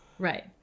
Right